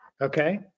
Okay